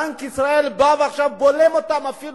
בנק ישראל בא עכשיו ובולם אותם, אפילו,